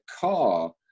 car